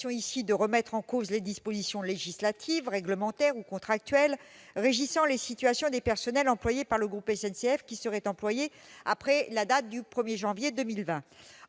et remet en cause les dispositions législatives, réglementaires ou contractuelles régissant les situations des personnels employés par le groupe SNCF après la date du 1 janvier 2020.